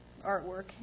artwork